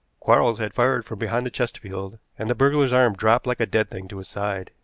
quarles had fired from behind the chesterfield, and the burglar's arm dropped like a dead thing to his side,